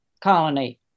colony